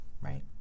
Right